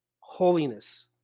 holiness